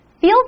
feel